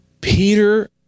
Peter